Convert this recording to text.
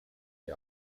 the